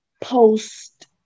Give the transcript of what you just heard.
post